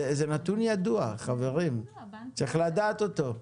זה נתון ידוע, חברים, צריך לדעת אותו.